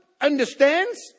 understands